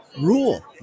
rule